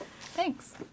Thanks